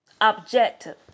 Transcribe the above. objective